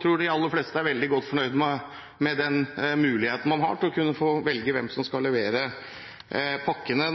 tror de aller fleste er veldig godt fornøyd med den muligheten man har til å kunne velge hvem som skal levere pakkene.